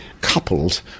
coupled